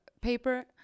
paper